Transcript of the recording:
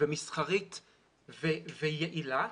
מסחרית ויעילה,